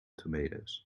tomatoes